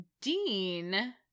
Dean